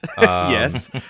Yes